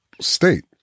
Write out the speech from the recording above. state